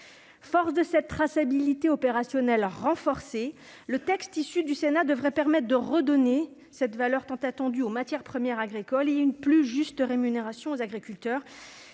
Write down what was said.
Fort de cette traçabilité opérationnelle renforcée, le texte issu du Sénat devrait permettre de redonner cette valeur tant attendue aux matières premières agricoles, et une plus juste rémunération aux agriculteurs.